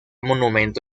monumento